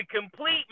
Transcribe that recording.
complete